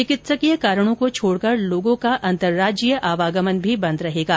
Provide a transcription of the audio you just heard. चिकित्सकीय कारणों को छोड़कर लोगों का अंतरराज्यीय आवागमन भी बंद रहेगा